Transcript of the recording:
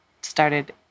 started